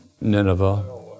Nineveh